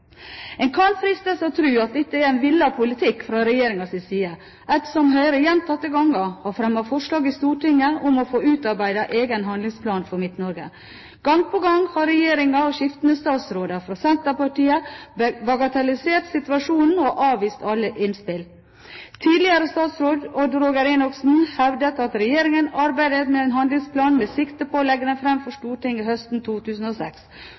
En kan fristes til å tro at dette er en villet politikk fra regjeringens side ettersom Høyre gjentatte ganger har fremmet forslag i Stortinget om å få utarbeidet en egen handlingsplan for Midt-Norge. Gang på gang har regjeringen og skiftende statsråder fra Senterpartiet bagatellisert situasjonen og avvist alle innspill. Tidligere statsråd Odd Roger Enoksen hevdet at regjeringen arbeidet med en handlingsplan med sikte på å legge den fram for Stortinget høsten 2006.